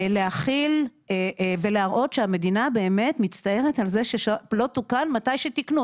להחיל ולהראות שהמדינה באמת מצטערת על זה שלא תוקן מתי שתיקנו.